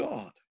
God